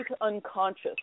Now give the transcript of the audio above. unconscious